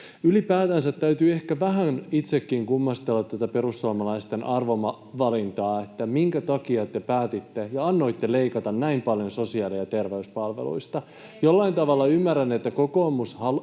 Ylipäätänsä täytyy ehkä vähän itsekin kummastella tätä perussuomalaisten arvovalintaa, minkä takia te päätitte ja annoitte leikata näin paljon sosiaali‑ ja terveyspalveluista. [Välihuuto perussuomalaisten